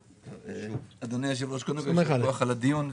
אדוני היושב ראש, תודה על הדיון.